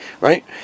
right